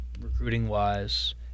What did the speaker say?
recruiting-wise